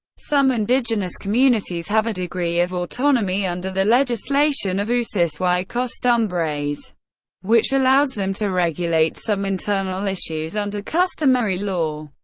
some indigenous communities have a degree of autonomy under the legislation of usos y costumbres, which allows them to regulate some internal issues under customary law.